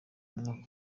umwaka